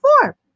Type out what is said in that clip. four